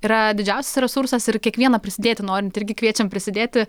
yra didžiausias resursas ir kiekvieną prisidėti norintį irgi kviečiam prisidėti